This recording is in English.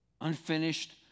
Unfinished